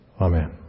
amen